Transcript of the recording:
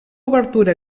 obertura